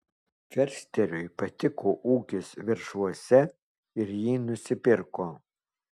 fersteriui patiko ūkis veršvuose ir jį nusipirko